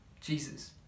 Jesus